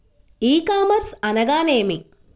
ఈ కామర్స్ అనగానేమి?